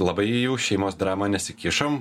labai jau šeimos dramą nesikišom